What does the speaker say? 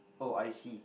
oh I see